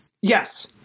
yes